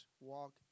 walk